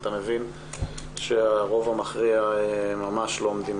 אתה מבין שהרוב המכריע ממש לא עומדים